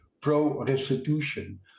pro-restitution